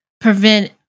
prevent